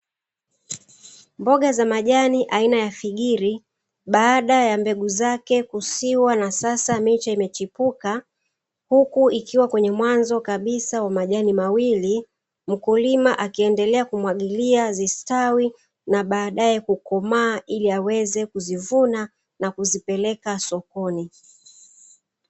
Mboga za majani aina ya figiri, baada ya mbegu zake kusiwa na sasa miche imechipuka, huku ikiwa kwenye mwanzo kabisa wa majani mawili, mkulima akiendelea kumwagilia zistawi, na baadaye kukomaa, ili aweze kuzivuna na kuzipeleka sokoni.